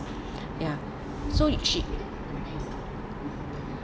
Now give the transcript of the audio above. ya so she